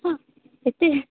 ହଁ ଏତେ